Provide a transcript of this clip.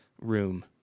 room